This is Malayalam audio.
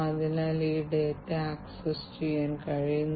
അതിനാൽ ഞാൻ നേരത്തെ പറഞ്ഞതുപോലെ സ്റ്റാൻഡേർഡൈസേഷന്റെ കുറവുണ്ട്